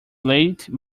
late